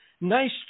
nice